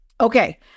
okay